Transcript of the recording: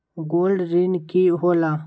Gold ऋण की होला?